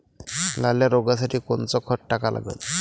लाल्या रोगासाठी कोनचं खत टाका लागन?